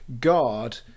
god